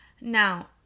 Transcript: now